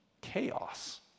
chaos